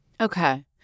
Okay